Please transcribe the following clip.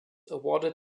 awarded